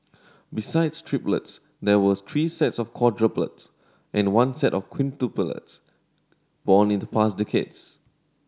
besides triplets there was three sets of quadruplets and one set of quintuplets born in to past decades